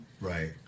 Right